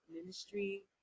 ministry